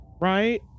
right